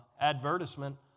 advertisement